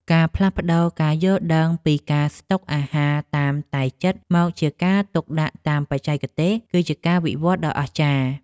ការផ្លាស់ប្តូរការយល់ដឹងពីការស្តុកអាហារតាមតែចិត្តមកជាការទុកដាក់តាមបច្ចេកទេស គឺជាការវិវត្តដ៏អស្ចារ្យ។